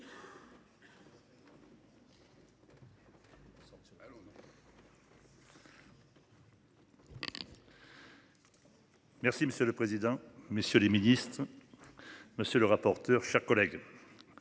Merci monsieur le président. Messieurs les ministres. Monsieur le rapporteur, chers collègues.